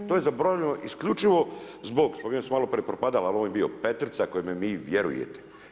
A to je zaboravljeno isključivo zbog, spominjao sam malo prije Propadala ali on je bio Petrica kojemu vi vjerujete.